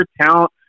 talent